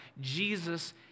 Jesus